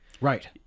Right